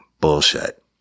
bullshit